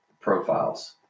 profiles